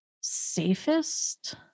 safest